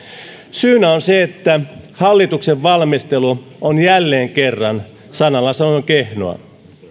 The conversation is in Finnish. syynä on se että hallituksen valmistelu on jälleen kerran sanalla sanoen kehnoa